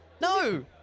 No